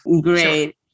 Great